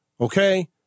okay